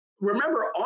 Remember